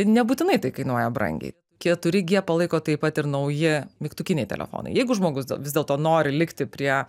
nebūtinai tai kainuoja brangiai keturi gie palaiko taip pat ir nauji mygtukiniai telefonai jeigu žmogus dėl vis dėlto nori likti prie